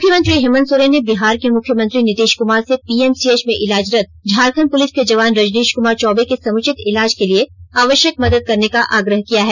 मुख्यमंत्री हेमन्त सोरेन ने बिहार के मुख्यमंत्री नीतीश कुमार से पीएमसीएच में इलाजरत झारखण्ड पुलिस के जवान रजनीश कुमार चौबे के समुचित इलाज के लिए आवश्यक मदद करने का आग्रह किया है